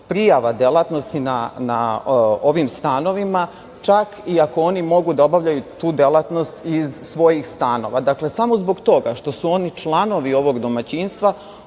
prijava delatnosti na ovim stanovima, čak i ako mogu da obavljaju tu delatnost iz svojih stanova. Dakle, samo zbog toga što su oni članovi ovog domaćinstva